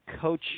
coach